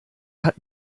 hat